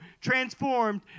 transformed